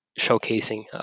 showcasing